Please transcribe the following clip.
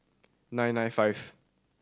nine nine five